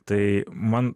tai man